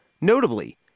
Notably